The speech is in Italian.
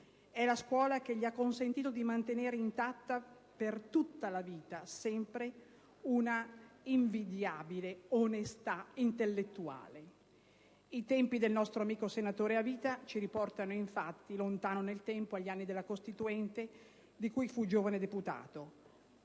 È la scuola che gli ha consentito di mantenere intatta per tutta la vita, sempre, una invidiabile onestà intellettuale. I tempi del nostro amico senatore a vita ci riportano, infatti, lontano nel tempo, agli anni della Costituente di cui fu giovane deputato.